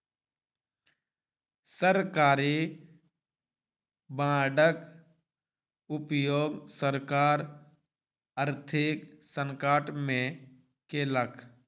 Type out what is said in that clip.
सरकारी बांडक उपयोग सरकार आर्थिक संकट में केलक